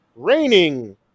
Raining